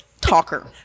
Talker